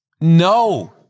No